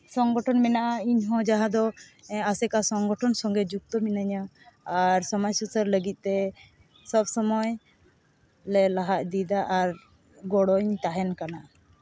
ᱥᱚᱝᱜᱚᱴᱷᱚᱱ ᱢᱮᱱᱟᱜᱼᱟ ᱤᱧᱦᱚᱸ ᱡᱟᱦᱟᱸ ᱫᱚ ᱟᱥᱮᱠᱟ ᱥᱚᱝᱜᱚᱴᱷᱚᱱ ᱥᱚᱸᱜᱮ ᱡᱩᱠᱛᱚ ᱢᱤᱱᱟᱹᱧᱟ ᱟᱨ ᱥᱚᱢᱟᱡᱽ ᱥᱩᱥᱟᱹᱨ ᱞᱟᱹᱜᱤᱫ ᱛᱮ ᱥᱚᱵᱽ ᱥᱚᱢᱚᱭᱞᱮ ᱞᱟᱦᱟ ᱤᱫᱤᱭᱫᱟ ᱟᱨ ᱜᱚᱲᱚᱧ ᱛᱟᱦᱮᱱ ᱠᱟᱱᱟ